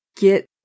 get